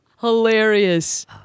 hilarious